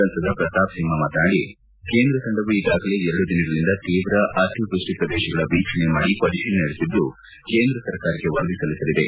ಸಂಸದ ಪ್ರತಾಪ್ ಸಿಂಪ ಮಾತನಾಡಿ ಕೇಂದ್ರ ತಂಡವು ಈಗಾಗಲೇ ಎರಡು ದಿನಗಳಿಂದ ತೀವ್ರ ಅತಿವೃಷ್ಟಿ ಪ್ರದೇಶಗಳ ವೀಕ್ಷಣೆ ಮಾಡಿ ಪರಿಶೀಲನೆ ನಡೆಸಿದ್ದು ಕೇಂದ್ರ ಸರ್ಕಾರಕ್ಕೆ ವರದಿ ಸಲ್ಲಿಸಲಿದೆ